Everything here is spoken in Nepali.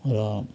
र